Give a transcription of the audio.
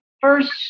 first